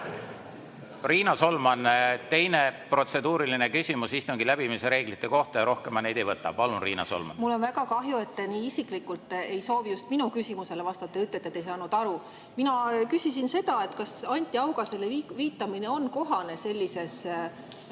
Riina Solman, teine protseduuriline küsimus istungi läbiviimise reeglite kohta. Ja rohkem ma neid ei võta. Palun, Riina Solman! Mul on väga kahju, et te nii isiklikult ei soovi just minu küsimusele vastata ja ütlete, et te ei saanud aru. Mina küsisin seda, kas Anti Haugasele viitamine on kohane sellises